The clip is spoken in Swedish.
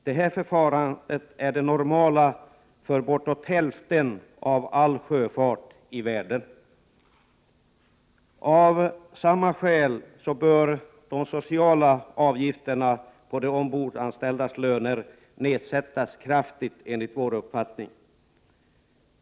Detta förfarande är det normala för bortåt hälften av all sjöfart i världen. Av samma skäl bör de sociala avgifterna på de ombordanställdas löner sänkas kraftigt, enligt vår uppfattning.